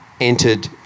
entered